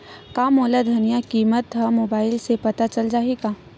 का मोला धनिया किमत ह मुबाइल से पता चल जाही का?